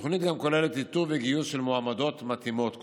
התוכנית כוללת גם איתור וגיוס של מועמדות מתאימות,